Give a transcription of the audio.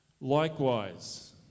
Likewise